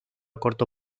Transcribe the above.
corto